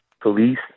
police